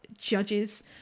judges